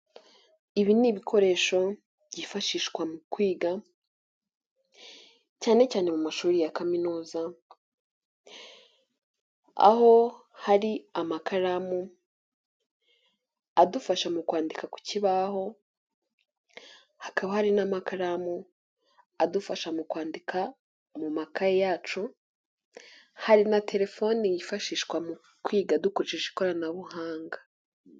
Ibi ni ibikoresho byifashishwa mu kwiga cyane cyane mu mashuri ya kaminuza, aho hari amakaramu adufasha mu kwandi ku kibaho, hakaba hari n'amakaramu adufasha mu kwandika mu makaye yacu, hari na telefoni yifashishwa mu kwiga dukoreshe ikoranabuhanga.